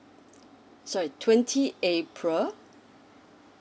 sorry twenty april